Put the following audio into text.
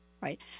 right